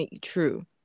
true